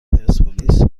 پرسپولیس